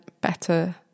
better